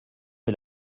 est